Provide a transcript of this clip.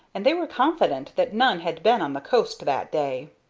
and they were confident that none had been on the coast that day.